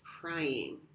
crying